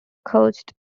coached